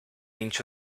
into